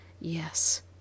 Yes